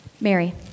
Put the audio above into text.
Mary